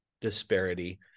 disparity